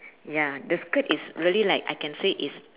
ya the skirt is really like I can say is